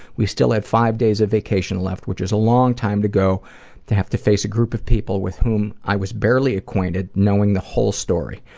we still had five days of vacation left, which is a long time to go to have to face a group of people with whom i was barely acquainted knowing the whole story.